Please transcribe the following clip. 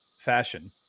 fashion